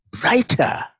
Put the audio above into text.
brighter